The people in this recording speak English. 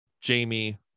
jamie